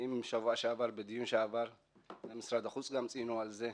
בדיון בשבוע שעבר גם משרד החוץ ציינו את זה.